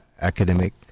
Academic